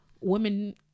women